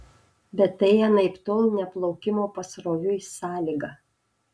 bet tai anaiptol ne plaukimo pasroviui sąlyga